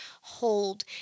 hold